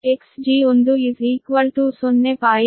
ಆದ್ದರಿಂದ Xg1 0